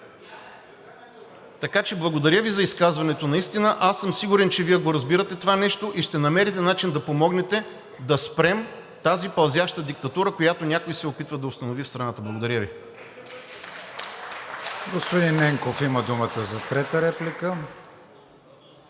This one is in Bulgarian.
така че, благодаря Ви за изказването наистина. Аз съм сигурен, че Вие го разбирате това нещо и ще намерите начин да помогнете да спрем тази пълзяща диктатура, която някой се опитва да установи в страната. Благодаря Ви. (Ръкопляскания от ГЕРБ-СДС.)